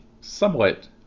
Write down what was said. somewhat